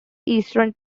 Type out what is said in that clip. eastern